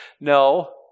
No